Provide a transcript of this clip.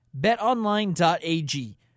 BetOnline.ag